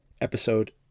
episode